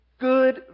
good